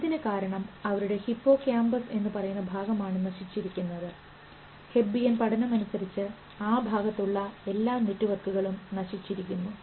ഇതിന് കാരണം ഇവരുടെ ഹിപ്പോകാമ്പസ് എന്ന് പറയുന്ന ഭാഗമാണ് നശിച്ചിരിക്കുന്നത് ഹെബ്ബിയൻ പഠനമനുസരിച്ച് ആ ഭാഗത്തുള്ള എല്ലാ നെറ്റ്വർക്കുകളും നശിച്ചിരിക്കുന്നു